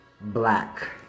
black